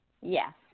yes